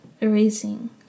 erasing